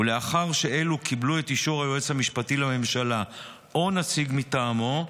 לאחר שאלו קיבלו את אישור היועץ המשפטי לממשלה או נציג מטעמו,